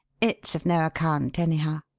it's of no account, anyhow.